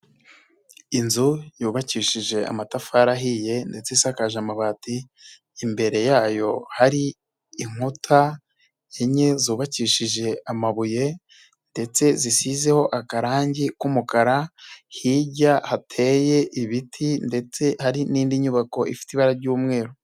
Inzu yubakishije amatafari ahiye ndetse isakaje amabati, imbere yayo hari inkuta enye zubakishije amabuye ndetse zisizeho agarangi k'umukara, hirya hateye ibiti ndetse hari n'indi nyubako ifite ibara ry'umweru.